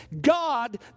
God